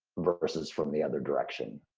versus from the other direction.